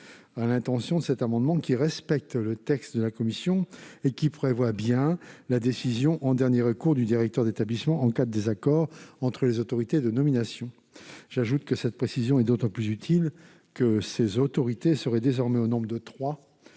amendements suivants -, qui respecte le texte de la commission, en prévoyant bien que la décision en dernier recours appartient au directeur d'établissement, en cas de désaccord entre les autorités de nomination. J'ajoute que cette précision est d'autant plus utile que ces autorités seraient désormais au nombre de trois